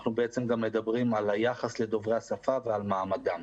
אנחנו בעצם מדברים גם על היחס לדוברי השפה ועל מעמדם.